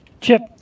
Chip